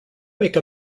make